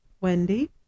Wendy